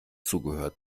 zugehört